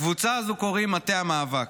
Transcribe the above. לקבוצה הזו קוראים "מטה המאבק"